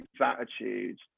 attitude